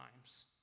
times